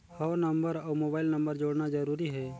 हव नंबर अउ mobile number जोड़ना जरूरी हे?